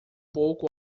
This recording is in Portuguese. pouco